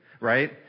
right